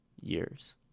years